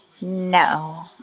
No